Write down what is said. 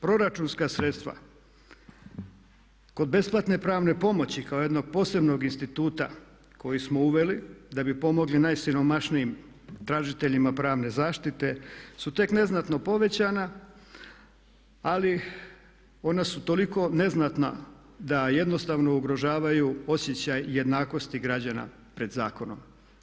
Proračunska sredstva kod besplatne pravne pomoći kao jednog posebnog instituta koji smo uveli da bi pomogli najsiromašnijim tražiteljima pravne zaštite su tek neznatno povećana ali ona su toliko neznatna da jednostavno ugrožavaju osjećaj jednakosti građana pred zakonom.